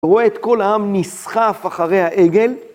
רואה את כל העם נסחף אחרי העגל.